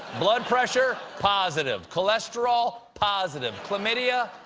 blood pressure? positive! cholesterol? positive! chlamydia?